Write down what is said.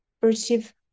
perceive